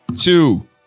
two